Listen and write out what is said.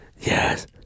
Yes